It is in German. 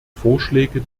vorschläge